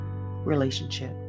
relationship